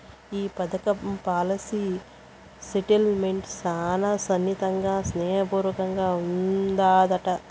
ఈ పదకం policy settlement శానా సున్నితంగా, స్నేహ పూర్వకంగా ఉండాదట